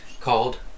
called